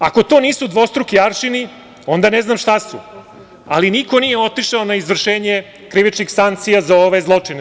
Ako to nisu dvostruki aršini, onda ne znam šta su, ali niko nije otišao na izvršenje krivičnih sankcija za ove zločine.